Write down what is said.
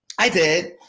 i did.